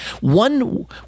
one